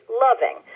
loving